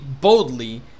boldly